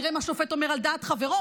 נראה מה שופט אומר על דעת חברו,